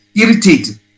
irritated